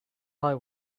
eye